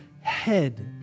head